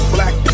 Black